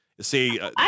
see